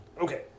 Okay